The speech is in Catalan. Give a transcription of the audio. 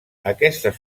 aquestes